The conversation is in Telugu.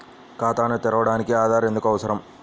ఖాతాను తెరవడానికి ఆధార్ ఎందుకు అవసరం?